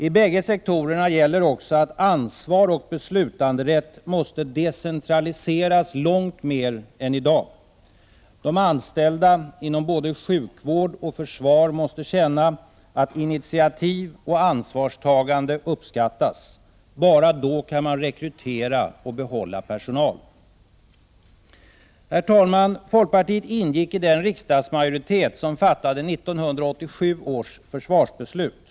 I bägge sektorerna gäller också att ansvar och beslutanderätt måste decentraliseras långt mer än i dag. De anställda inom både sjukvård och försvar måste känna att initiativ och ansvarstagande uppskattas. Bara då kan man rekrytera och behålla personal. Herr talman! Folkpartiet ingick i den riksdagsmajoritet som fattade 1987 års försvarsbeslut.